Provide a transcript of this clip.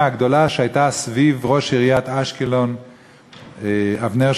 הגדולה סביב ראש עיריית אשקלון שמעוני.